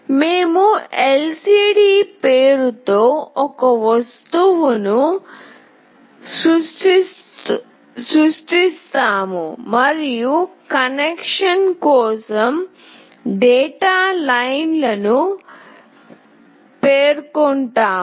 మేము lcd పేరుతో ఒక వస్తువును సృష్టిస్తాము మరియు కనెక్షన్ కోసం డేటాలైన్లను పేర్కొంటాము